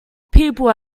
people